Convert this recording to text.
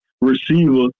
receiver